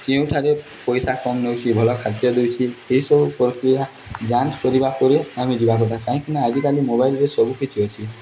ଯେଉଁଠାରେ ପଇସା କମ୍ ନେଉଛି ଭଲ ଖାଦ୍ୟ ଦେଉଛି ଏସବୁ ପ୍ରକ୍ରିୟା ଯାଞ୍ଚ ପରିବା କରି ଆମେ ଯିବା କଥା କାହିଁକି ନା ଆଜିକାଲି ମୋବାଇଲ୍ରେ ସବୁକଛି ଅଛି